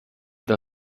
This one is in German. the